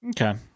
Okay